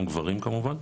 גם גברים כמובן,